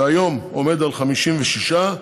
שהיום עומד על 56,